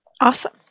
Awesome